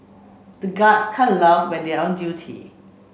the guards can't laugh when they are on duty